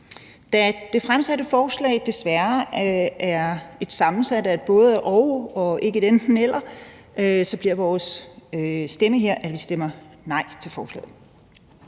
Da det fremsatte forslag desværre er formuleret som et både-og og ikke et enten-eller , bliver det sådan, at vi stemmer nej til forslaget.